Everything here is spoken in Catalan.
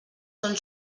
són